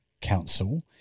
Council